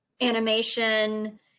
animation